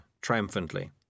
triumphantly